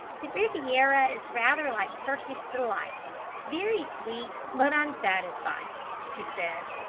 the riviera is rather like turkish delight very sweet, but unsatisfying, she said.